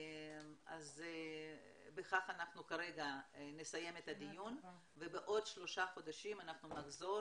בכך נסיים את הדיון ובעוד שלושה חודשים נחזור